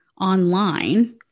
online